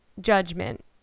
judgment